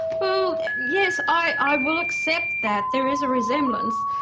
well yes, i will accept that, there is a resemblance,